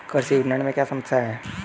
कृषि विपणन में क्या समस्याएँ हैं?